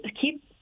keep